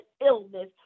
illness